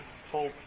full